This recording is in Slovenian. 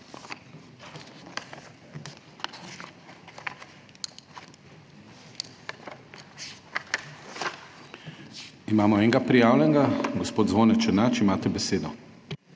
Imamo enega prijavljenega, gospod Zvone Černač, imate besedo.